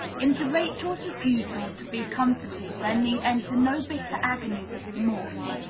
into rachel's refusal to be comforted there need enter no bitter agonies of remorse.